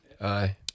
Aye